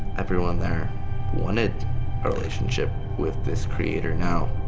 everyone there wanted a relationship with this creator now.